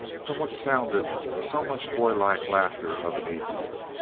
from which sounded so much boylike laughter of an evening.